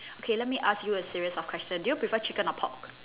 okay let me ask you a series of question do you prefer chicken or pork